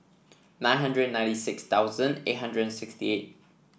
nine hundred ninety six thousand eight hundred sixty eight